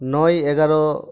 ᱱᱚᱭ ᱮᱜᱟᱨᱳ